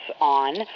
on